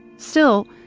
still,